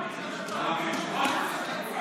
החוצה.